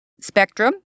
spectrum